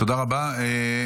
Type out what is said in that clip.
תודה רבה.